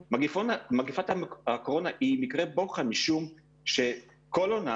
מגפת הקורונה היא מקרה בוחן משום שכל עונה